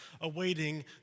awaiting